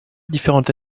différentes